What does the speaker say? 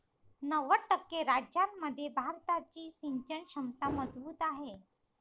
नव्वद टक्के राज्यांमध्ये भारताची सिंचन क्षमता मजबूत आहे